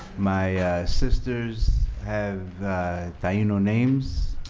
my sisters have taino names.